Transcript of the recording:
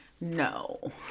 No